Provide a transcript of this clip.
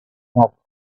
knocked